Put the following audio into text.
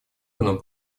органу